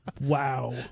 Wow